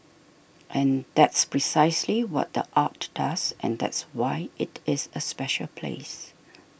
and that's precisely what the art does and that's why it is a special place